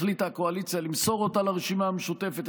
החליטה הקואליציה למסור אותה לרשימה המשותפת.